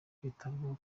kwitabwaho